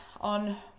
on